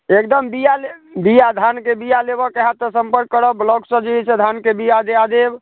एकदम बिआ लेब बिआ धानके बिआ लेबऽक होएत तऽ सम्पर्क करब ब्लौकसँ जे हइ से धानके बिआ दिया देब